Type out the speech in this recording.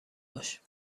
باش